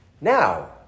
now